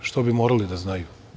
A što bi morali da znaju?